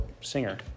singer